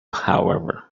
however